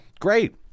great